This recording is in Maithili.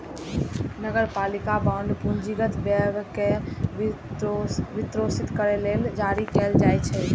नगरपालिका बांड पूंजीगत व्यय कें वित्तपोषित करै लेल जारी कैल जाइ छै